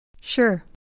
Sure